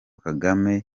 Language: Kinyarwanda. kagame